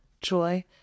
joy